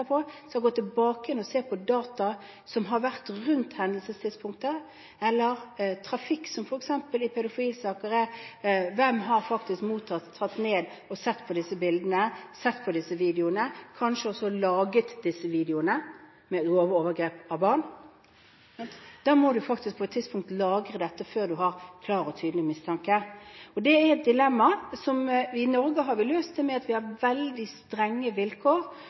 skal gå tilbake og se på data som har vært rundt hendelsestidspunktet, eller se på trafikk som f.eks. i pedofilisaker dreier seg om hvem som faktisk har mottatt, tatt ned og sett på disse bildene, sett på disse videoene, kanskje også laget disse videoene med grove overgrep på barn. Da må en faktisk på et tidspunkt lagre dette før en har en klar og tydelig mistanke. Det er et dilemma som vi i Norge har løst, ved at vi har veldig strenge vilkår